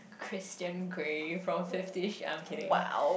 Christian-Grey from fifty I'm kidding